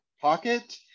pocket